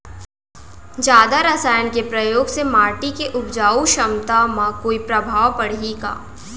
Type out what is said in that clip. जादा रसायन के प्रयोग से माटी के उपजाऊ क्षमता म कोई प्रभाव पड़ही का?